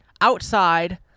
outside